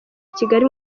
kigali